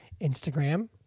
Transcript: Instagram